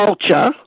culture